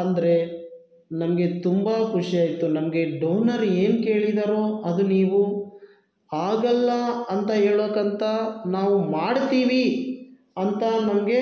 ಅಂದ್ರೆ ನಮಗೆ ತುಂಬ ಖುಷಿ ಆಯಿತು ನಮಗೆ ಡೌನರ್ ಏನು ಕೇಳಿದ್ದಾರೋ ಅದು ನೀವು ಆಗಲ್ಲ ಅಂತ ಹೇಳೋಕೆ ಅಂತ ನಾವು ಮಾಡ್ತೀವಿ ಅಂತ ನಮಗೆ